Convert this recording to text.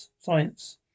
science